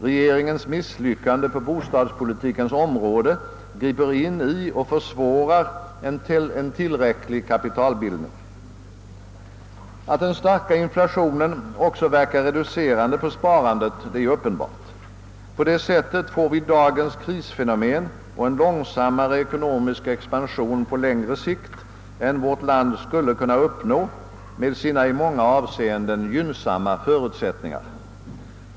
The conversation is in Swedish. Regeringens misslyckande på bostadspolitikens område griper in i och försvårar en tillräcklig kapitalbildning. Att den starka inflationen också verkar reducerande på sparandet är uppenbart. På det sättet får vi dagens krisfenomen och en långsammare ekonomisk expansion på längre sikt än vårt land skulle kunna uppnå med sina i många avseenden gynnsamma förutsättningar.